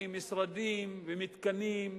ממשרדים ומתקנים,